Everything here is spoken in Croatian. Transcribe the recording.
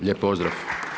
Lijep pozdrav.